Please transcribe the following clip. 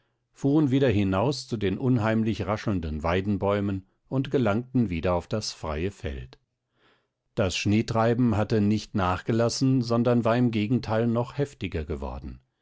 fuhren wieder hinaus zu den unheimlich raschelnden weidenbäumen und gelangten wieder auf das freie feld das schneetreiben hatte nicht nachgelassen sondern war im gegenteil noch heftiger geworden